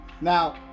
Now